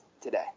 today